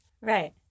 Right